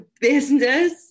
business